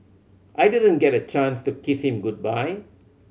I didn't get a chance to kiss him goodbye